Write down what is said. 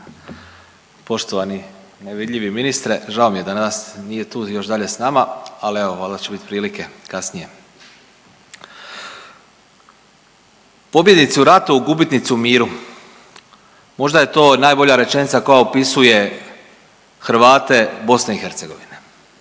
poštovani nevidljivi ministre žao mi je da danas nije tu još dalje s nama, ali evo valjda će biti prilike kasnije. Pobjednici u ratu, a gubitnici u miru. Možda je to i najbolja rečenica koja opisuje Hrvate BiH.